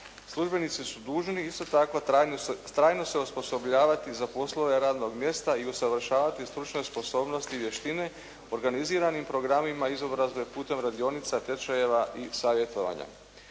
Službenici su dužni isto tako se trajno osposobljavati za poslove radnog mjesta i usavršavati stručne sposobnosti i vještine organiziranim programima izobrazbe putem radionica, tečajeva i savjetovanja.